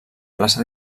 plaça